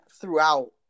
throughout